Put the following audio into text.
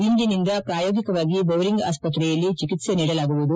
ಇಂದಿನಿಂದ ಪ್ರಾಯೋಗಿಕವಾಗಿ ಬೌರಿಂಗ್ ಆಸ್ಪತ್ರೆಯಲ್ಲಿ ಚಿಕಿತ್ವೆ ನೀಡಲಾಗುವುದು